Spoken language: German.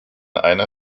einer